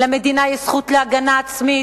למדינה יש זכות להגנה עצמית.